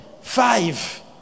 Five